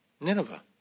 Nineveh